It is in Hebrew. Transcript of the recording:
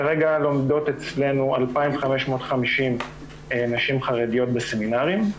כרגע לומדות אצלנו 2,550 נשים חרדיות בסמינרים,